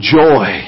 joy